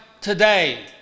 today